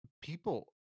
people